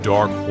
Dark